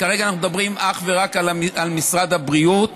כרגע אנחנו מדברים אך ורק על משרד הבריאות,